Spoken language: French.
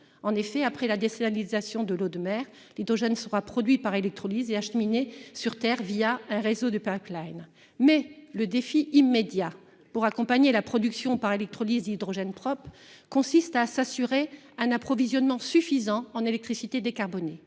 En effet, après désalinisation de l'eau de mer, l'hydrogène sera produit par électrolyse et acheminé sur terre un réseau de pipelines. Mais le défi immédiat, pour accompagner la production par électrolyse d'hydrogène propre, consiste à assurer un approvisionnement suffisant en électricité décarbonée.